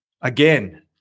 again